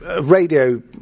radio